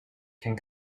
can